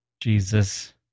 Jesus